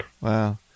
Wow